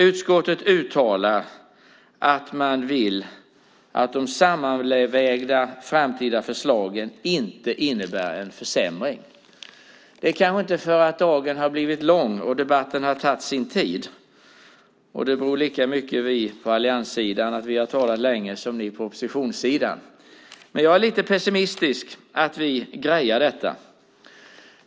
Utskottet uttalar att man vill att de sammanvägda framtida förslagen inte innebär en försämring. Det kanske inte är för att dagen har blivit lång och debatten har tagit sin tid - detta beror lika mycket på att vi på allianssidan har talat länge som att oppositionen har gjort det - men jag är lite pessimistisk om att vi grejar detta.